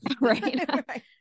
right